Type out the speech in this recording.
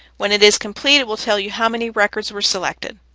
when it is complete, it will tell you how many records were selected.